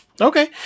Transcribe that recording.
Okay